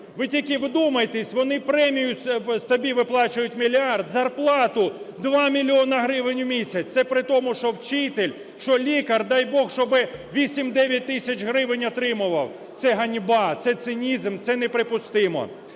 Ви тільки вдумайтесь, вони премію собі виплачують мільярд, зарплату 2 мільйони гривень в місяць. Це при тому, що вчитель, що лікар, дай Бог, щоби 8-9 тисяч отримував. Це ганьба, це цинізм, це неприпустимо.